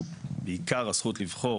בעיקר הזכות לבחור,